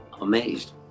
amazed